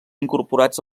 incorporats